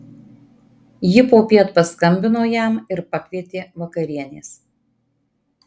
ji popiet paskambino jam ir pakvietė vakarienės